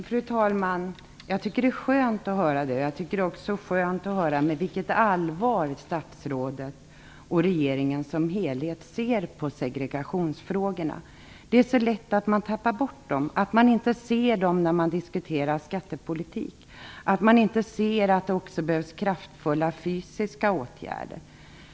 Fru talman! Jag tycker att det är skönt att höra det. Det är också skönt att höra med vilket allvar statsrådet och regeringen som helhet ser på segregationsfrågorna. Det är så lätt att man tappar bort dem, att man inte ser dem när man diskuterar skattepolitik och att man inte ser att det också behövs kraftfulla fysiska åtgärder.